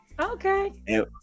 Okay